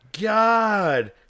God